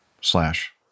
slash